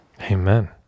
Amen